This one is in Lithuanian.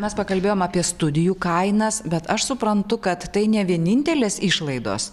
mes pakalbėjom apie studijų kainas bet aš suprantu kad tai ne vienintelės išlaidos